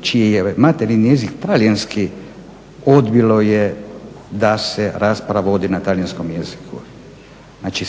čiji je materinji jezik talijanski odbilo je da se rasprava vodi na talijanskom jeziku. Znači,